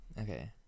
okay